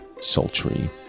Sultry